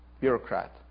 bureaucrat